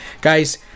Guys